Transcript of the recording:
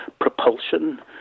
propulsion